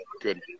good